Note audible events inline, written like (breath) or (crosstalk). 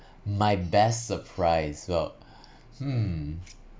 my best surprise well (breath) hmm